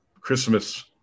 Christmas